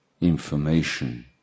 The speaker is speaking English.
information